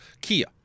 Kia